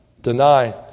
deny